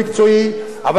אבל לקחתי את דוד ברודט,